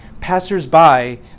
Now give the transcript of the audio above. passers-by